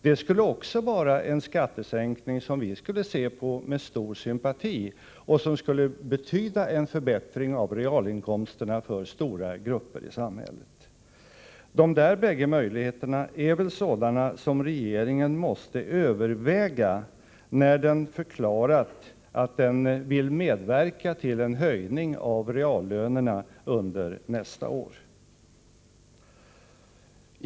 Det skulle vara en skattesänkning som vi också skulle se på med stor sympati och som skulle betyda en förbättring av realinkomsterna för stora grupper i samhället. De båda möjligheterna är sådana som regeringen väl måste överväga när den har förklarat att den vill medverka till en höjning av reallönerna under nästa år.